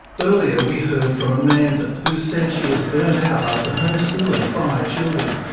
earlier we heard from amanda, who said she was burnt out after homeschooling five children.